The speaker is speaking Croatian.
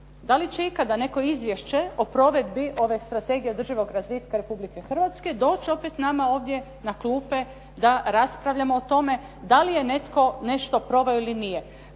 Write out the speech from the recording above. Da li će ikada neko izvješće o provedbi ove Strategije održivog razvitka Republike Hrvatske doći opet nama ovdje na klupe da li je netko nešto proveo ili nije.